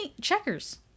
Checkers